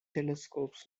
telescopes